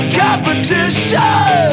competition